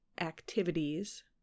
activities